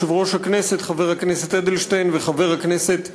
יושב-ראש הכנסת חבר הכנסת אדלשטיין וחבר הכנסת אילטוב.